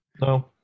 No